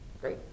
Great